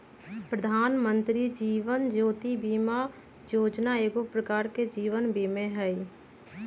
प्रधानमंत्री जीवन ज्योति बीमा जोजना एगो प्रकार के जीवन बीमें हइ